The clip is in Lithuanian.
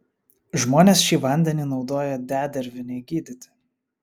žmonės šį vandenį naudoja dedervinei gydyti